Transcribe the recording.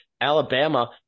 Alabama